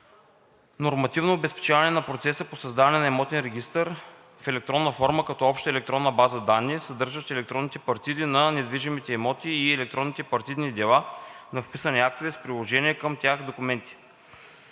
нормативно обезпечаване на процеса по създаване на имотен регистър в електронна форма като обща електронна база данни, съдържаща електронните партиди на недвижимите имоти и електронните партидни дела на вписаните актове с приложените към тях документи.